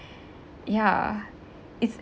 ya it's